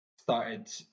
Started